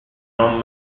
non